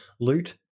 loot